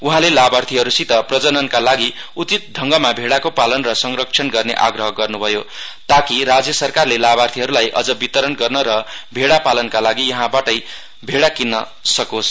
उहाँले लाभार्थीहरूसित प्रजननका लागि उचित ढङ्गमा भैड़ाको पालन र संरक्षण गर्ने आग्रह गर्नुभयो ता कि राज्य सरकारले लाभार्थीहरूलाई अझ वितरण गर्न र भेड़ा पालनका लागि यहाँबाटै भेड़ा किन्न सकोस्